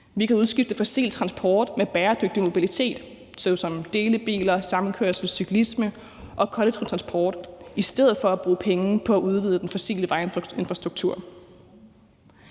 Vi kan udskifte fossil transport med bæredygtig mobilitet såsom delebiler, samkørsel, cyklisme og kollektiv transport i stedet for at bruge penge på at udvide den fossile vejinfrastruktur.